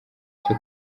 cyo